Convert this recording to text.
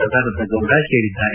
ಸದಾನಂದಗೌಡ ಹೇಳಿದ್ದಾರೆ